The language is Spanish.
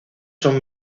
son